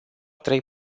trei